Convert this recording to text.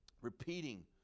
repeating